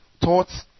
thoughts